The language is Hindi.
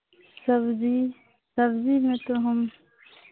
सब्ज़ी सब्ज़ी में तो हम